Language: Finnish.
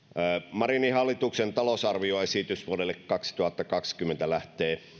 marinin hallituksen talousarvioesitys vuodelle kaksituhattakaksikymmentä lähtee